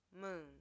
Moon